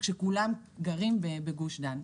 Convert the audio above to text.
כשכולם גרים בגוש דן.